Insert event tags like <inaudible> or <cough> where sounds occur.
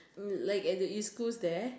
<noise> like at the East Coast there